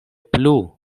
plu